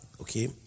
Okay